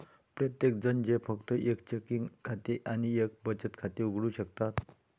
प्रत्येकजण जे फक्त एक चेकिंग खाते आणि एक बचत खाते उघडू शकतात